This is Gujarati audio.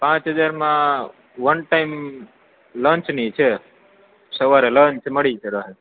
પાંચ હજારમાં વન ટાઈમ લંચની છે સવારે લંચ મળી